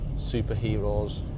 superheroes